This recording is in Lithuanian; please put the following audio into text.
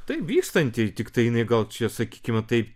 taip vykstanti tiktai jinai gal čia sakykime taip